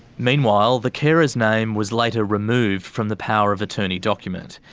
meanwhile the carer's name was later removed from the power of attorney document,